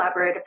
collaborative